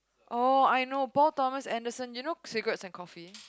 oh I know Paul Thomas Anderson you know cigarettes and coffee